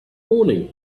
morning